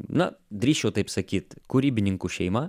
na drįsčiau taip sakyt kūribininkų šeima